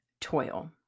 toil